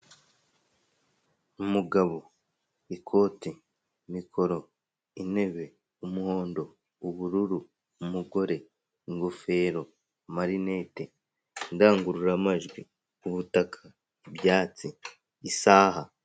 Umugabo, ikote, mikoro, intebe, umuhondo, ubururu, umugore, ingofero, amarinete, indangururamajwi, ubutaka, ibyatsi, isaha.